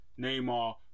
Neymar